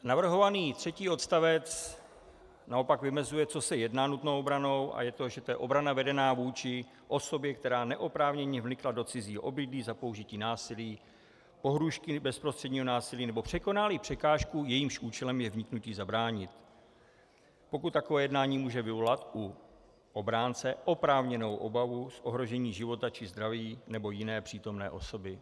Navrhovaný třetí odstavec naopak vymezuje, co se jedná nutnou obranou, a je to, že je to obrana vedená vůči osobě, která neoprávněně vnikla do cizího obydlí za použití násilí, pohrůžky bezprostředního násilí nebo překonáli překážku, jejímž účelem je vniknutí zabránit, pokud takové jednání může vyvolat u obránce oprávněnou obavu z ohrožení života či zdraví nebo jiné přítomné osoby.